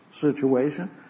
situation